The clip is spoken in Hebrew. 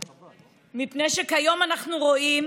כיום אנחנו רואים